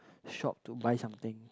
shop to buy something